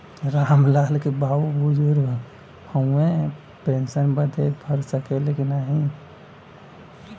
राम लाल के बाऊ बुजुर्ग ह ऊ पेंशन बदे भर सके ले की नाही एमे का का देवे के होई?